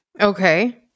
Okay